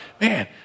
man